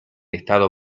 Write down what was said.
estado